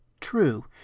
True